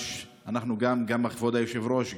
גם כבוד היושב-ראש,